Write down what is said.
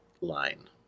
line